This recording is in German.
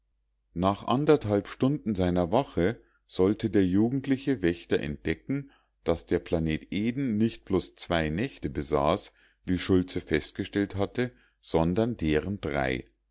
nach anderthalb stunden seiner wache sollte der jugendliche wächter entdecken daß der planet eden nicht bloß zwei nächte besaß wie schultze festgestellt hatte sondern deren drei